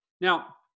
now